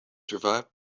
survived